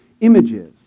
images